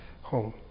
home